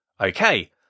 Okay